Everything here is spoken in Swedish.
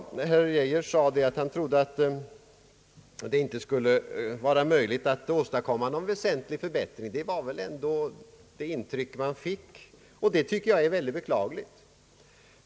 Statsrådet Geijer sade att han inte trodde att det skulle vara möjligt att åstadkomma någon väsentlig förbättring — det var det intryck man fick. Det är i så fall mycket beklagligt.